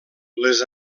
les